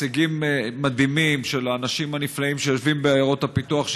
הישגים מדהימים של האנשים הנפלאים של עיירות הפיתוח,